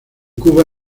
cuba